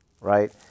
right